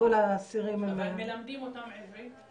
שכל האסירים --- אבל מלמדים אותם עברית?